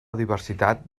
diversitat